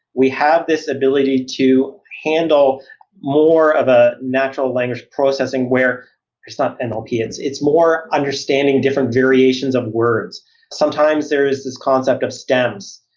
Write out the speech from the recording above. we have this ability to handle more of a natural language processing, where it's not and um nlp. it's it's more understanding different variations of words sometimes there is this concept of stems,